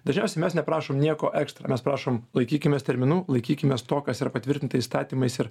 dažniausiai mes neprašom nieko ekstra mes prašom laikykimės terminų laikykimės to kas yra patvirtinta įstatymais ir